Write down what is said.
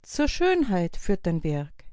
zur schönheit führt dein werk